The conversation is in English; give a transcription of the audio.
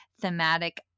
thematic